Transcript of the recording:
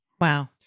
Wow